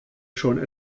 schon